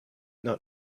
not